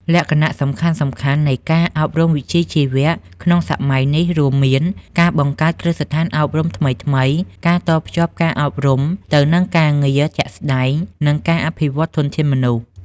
លក្ខណៈសំខាន់ៗនៃការអប់រំវិជ្ជាជីវៈក្នុងសម័យនេះរួមមាន ការបង្កើតគ្រឹះស្ថានអប់រំថ្មីៗ ការតភ្ជាប់ការអប់រំទៅនឹងការងារជាក់ស្តែង និងការអភិវឌ្ឍធនធានមនុស្ស។